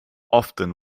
often